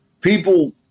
People